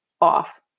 off